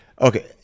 Okay